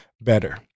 better